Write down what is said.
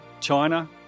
China